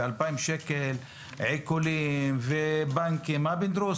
1,000 שקל או 2,000 שקל נעשים עיקולים בבנקים ומה לא.